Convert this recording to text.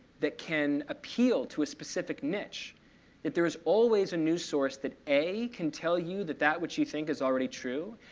that can appeal to a specific niche that there is always a news source that a, can tell you that that which you think is already true,